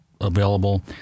available